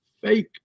fake